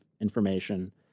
information